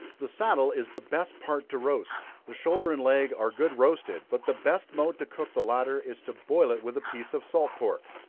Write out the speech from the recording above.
the saddle is the best part to roast the shoulder and leg are good roasted but the best mode to cook the latter, is to boil it with a piece of salt pork.